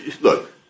look